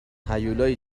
هیولایی